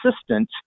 assistant